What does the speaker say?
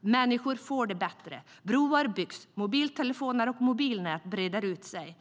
människor får det bättre, broar byggs, mobiltelefoner och mobilnät breder ut sig.